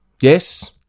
Yes